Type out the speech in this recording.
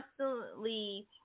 constantly